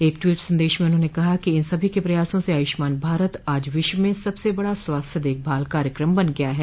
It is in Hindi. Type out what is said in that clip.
एक ट्वीट संदेश में उन्होंने कहा कि इन सभी के प्रयासों से आयुष्मान भारत आज विश्व में सबसे बड़ा स्वास्थ्य देखभाल कार्यक्रम बन गया है